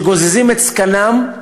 שגוזזים את זקנם,